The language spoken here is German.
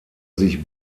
sich